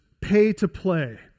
pay-to-play